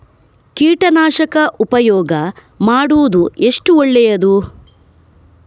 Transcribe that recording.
ಕೀಟನಾಶಕ ಉಪಯೋಗ ಮಾಡುವುದು ಎಷ್ಟು ಒಳ್ಳೆಯದು?